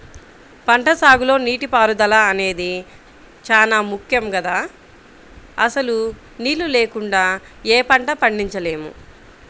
పంటసాగులో నీటిపారుదల అనేది చానా ముక్కెం గదా, అసలు నీళ్ళు లేకుండా యే పంటా పండించలేము